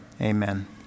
Amen